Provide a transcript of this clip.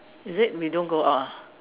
is it we don't go out ah